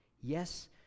Yes